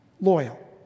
loyal